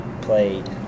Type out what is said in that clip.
played